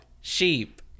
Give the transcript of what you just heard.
sheep